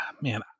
Man